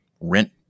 rent